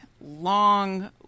long